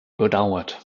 bedauert